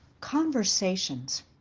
Conversations